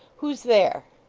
who's there